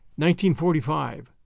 1945